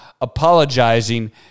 apologizing